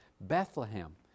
Bethlehem